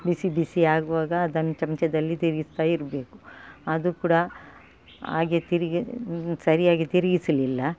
ಬಿಸಿ ಬಿಸಿ ಆಗುವಾಗ ಅದನ್ನು ಚಮಚದಲ್ಲಿ ತಿರುಗಿಸ್ತಾ ಇರಬೇಕು ಅದು ಕೂಡ ಹಾಗೆ ತಿರುಗಿ ಸರಿಯಾಗಿ ತಿರುಗಿಸಲಿಲ್ಲ